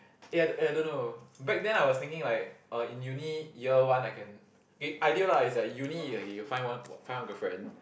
eh I I don't know back then I was thinking like uh uni year one I can ideal lah is like in uni eh you can find one find one girlfriend